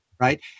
Right